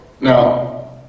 Now